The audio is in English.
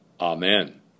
Amen